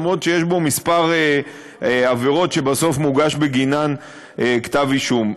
למרות שיש בו כמה עבירות שבסוף מוגש בגינן כתב אישום.